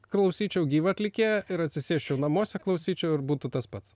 klausyčiau gyvo atlikėjo ir atsisėsčiau namuose klausyčiau ir būtų tas pats